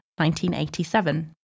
1987